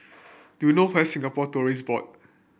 do you know where Singapore Tourism Board